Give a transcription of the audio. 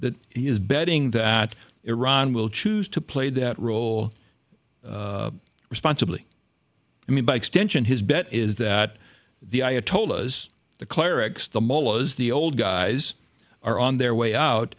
that he is betting that iran will choose to play that role responsibly i mean by extension his bet is that the ayatollah as the clerics the mullahs the old guys are on their way out